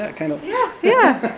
ah kind of yeah, yeah